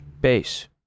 base